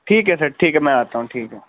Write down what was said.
ٹھیک ہے سر ٹھیک ہے میں آتا ہوں ٹھیک ہے